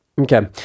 Okay